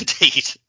Indeed